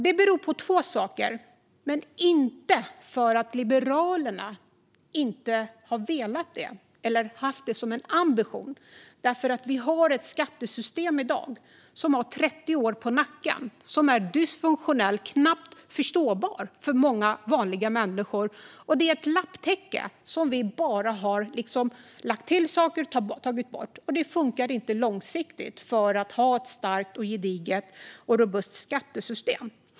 Det beror på två saker, men det beror inte på att Liberalerna inte har velat det eller inte har haft det som en ambition. Vi har ett skattesystem i dag som har 30 år på nacken och som är dysfunktionellt och knappt förståbart för många vanliga människor. Det är ett lapptäcke där vi har lagt till saker och tagit bort saker. Det funkar inte långsiktigt om vi ska ha ett starkt, gediget och robust skattesystem.